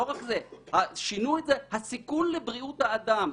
לא רק זה, שינוי את זה "הסיכון לבריאות האדם".